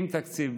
עם תקציב,